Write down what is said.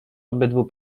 obydwu